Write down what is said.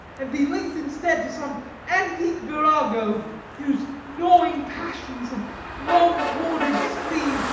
and be linked instead to some antique virago, whose gnawing passions, and long hoarded spleen,